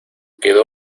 quedó